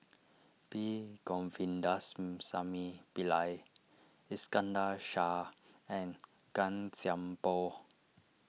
P Govindasamy Pillai Iskandar Shah and Gan Thiam Poh